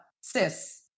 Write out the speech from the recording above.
sis